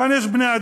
כאן יש בני-אדם,